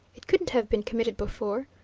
it couldn't have been committed before.